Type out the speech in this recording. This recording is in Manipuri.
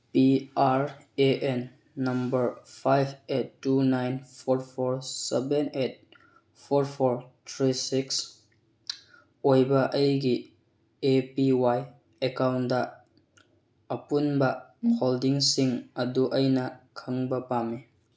P R A N number five eight two nine four four seven eight four four three six ꯑꯣꯏꯕ ꯑꯩꯒꯤ ꯑꯦ ꯄꯤ ꯋꯥꯏ ꯑꯦꯀꯥꯎꯟꯗ ꯑꯄꯨꯟꯕ ꯍꯣꯜꯗꯤꯡꯁꯤꯡ ꯑꯗꯨ ꯑꯩꯅ ꯈꯪꯕ ꯄꯥꯝꯃꯤ